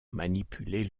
manipuler